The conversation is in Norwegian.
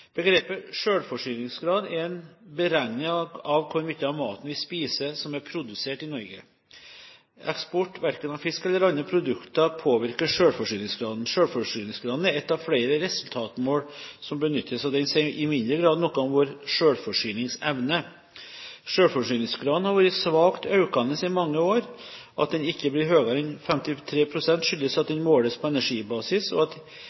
Begrepet «selvforsyningsgrad» er en beregning av hvor mye av maten vi spiser som er produsert i Norge. Eksport verken av fisk eller andre produkter påvirker selvforsyningsgraden. Selvforsyningsgraden er ett av flere resultatmål som benyttes, og den sier i mindre grad noe om vår selvforsyningsevne. Selvforsyningsgraden har vært svakt økende i mange år. At den ikke blir høyere enn 53 pst., skyldes at den måles på energibasis, og at